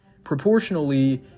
Proportionally